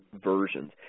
versions